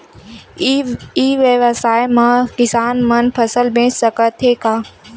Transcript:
ई व्यवसाय म किसान मन फसल बेच सकथे का?